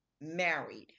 married